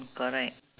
correct